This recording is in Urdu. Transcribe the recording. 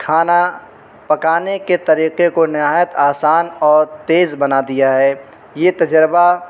کھانا پکانے کے طریقے کو نہایت آسان اور تیز بنا دیا ہے یہ تجربہ